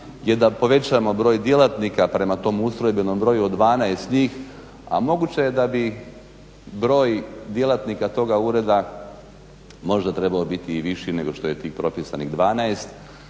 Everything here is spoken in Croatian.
je da povećamo broj djelatnika prema tom ustrojbenom broju od 12 njih, a moguće je da bi broj djelatnika toga Ureda možda trebao biti i viši nego što je tih propisanih 12.